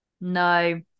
No